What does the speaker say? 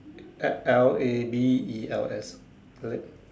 L~ L_A_B_E_L_S lay~